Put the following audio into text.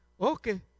Okay